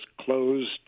closed